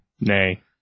Nay